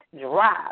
drive